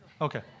Okay